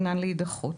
דינן להידחות.